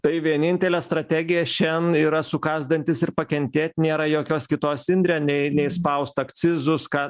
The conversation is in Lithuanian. tai vienintelė strategija šian yra sukast dantis ir pakentėt nėra jokios kitos indre nei nei spaust akcizus ką